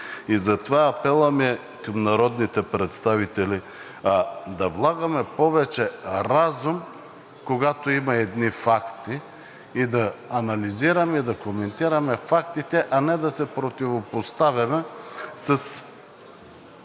Затова апелът ми е към народните представители да влагаме повече разум, когато има едни факти и да анализираме и коментираме фактите, а не да се противопоставяме с